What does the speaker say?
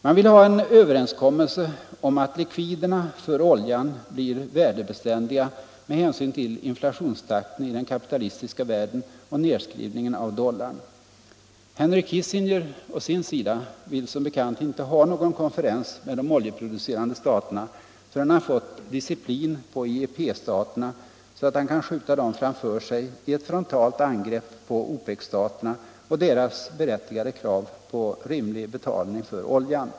OPEC vill ha en överenskommelse om att likviderna för oljan blir värdebeständiga med hänsyn till inflationstakten i den kapitalistiska världen och nerskrivningen av dollarn. Henry Kissinger å sin sida vill som bekant inte ha någon konferens med de oljeproducerande staterna förrän han fått disciplin på IEP-staterna, så att han kan skjuta dem framför sig i ett frontalt angrepp på OPEC-staterna och deras berättigade krav på rimlig betalning för oljan.